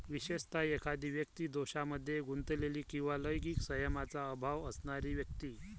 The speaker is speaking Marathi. विशेषतः, एखादी व्यक्ती दोषांमध्ये गुंतलेली किंवा लैंगिक संयमाचा अभाव असणारी व्यक्ती